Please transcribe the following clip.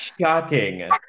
shocking